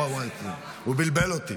ואי, ואי, הוא בלבל אותי.